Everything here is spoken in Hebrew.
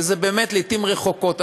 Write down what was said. וזה באמת לעתים רחוקות,